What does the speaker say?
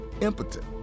impotent